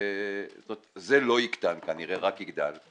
זה לא יקטן כנראה, רק יגדל,